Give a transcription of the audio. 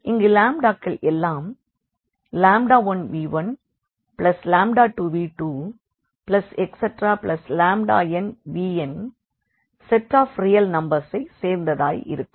இங்கு கள் எல்லாம் 1v12v2nvnசெட் ஆஃப் ரியல் நம்பர்ஸை சேர்ந்ததாய் இருக்கும்